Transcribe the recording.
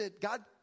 God